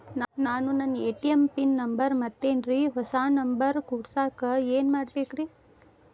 ನಾನು ನನ್ನ ATM PIN number ಮರ್ತೇನ್ರಿ, ಹೊಸಾ ನಂಬರ್ ಕುಡಸಾಕ್ ಏನ್ ಮಾಡ್ಬೇಕ್ರಿ?